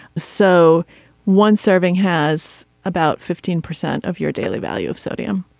so one serving has about fifteen percent of your daily value of sodium.